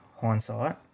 hindsight